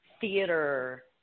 theater